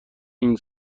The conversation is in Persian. این